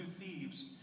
thieves